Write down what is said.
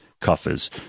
coffers